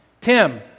Tim